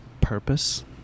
purpose